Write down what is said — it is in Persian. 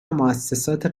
موسسات